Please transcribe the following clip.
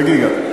נרגיע,